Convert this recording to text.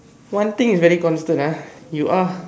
one thing is very constant ah you are